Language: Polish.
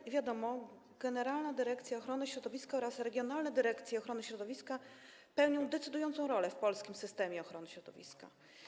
Jak wiadomo, Generalna Dyrekcja Ochrony Środowiska oraz regionalne dyrekcje ochrony środowiska pełnią decydującą rolę w polskim systemie ochrony środowiska.